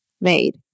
made